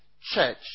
church